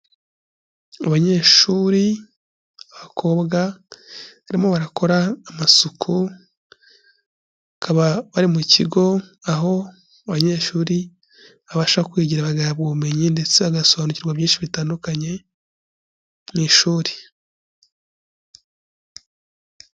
Abanyeshuri b'abakobwa barimo barakora amasukuba, bakaba bari mu kigo aho abanyeshuri, babasha kwigara bagahabwa ubumenyi ndetse bagasobanukirwa byinshi bitandukanye mu ishuri.